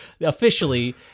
Officially